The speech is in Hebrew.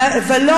ולא,